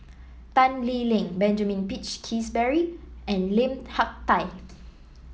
Tan Lee Leng Benjamin Peach Keasberry and Lim Hak Tai